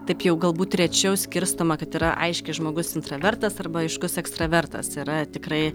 taip jau galbūt rečiau skirstoma kad yra aiškiai žmogus intravertas arba aiškus ekstravertas yra tikrai